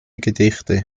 gedichte